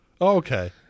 Okay